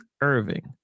Irving